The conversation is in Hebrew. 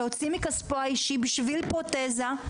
רוצה להוציא מכספו האישי בשביל פרוטזה,